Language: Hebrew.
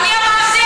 אני אמרתי את זה?